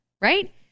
right